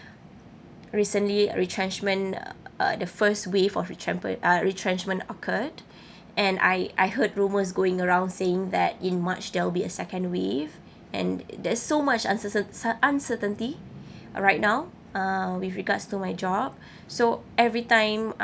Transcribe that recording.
recently retrenchment uh the first wave of uh retrenchment occurred and I I heard rumours going around saying that in march there'll be a second wave and there's so much uncertainty right now uh with regards to my job so every time